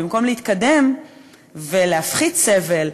במקום להתקדם ולהפחית סבל,